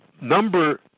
Number